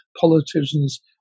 politicians